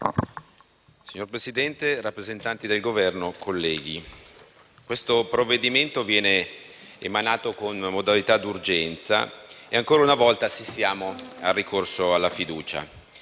Signora Presidente, rappresentanti del Governo, colleghi, il provvedimento in esame viene emanato con modalità di urgenza e ancora una volta assistiamo al ricorso alla questione